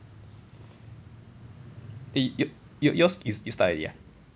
eh y~ y~ yours is you start already ah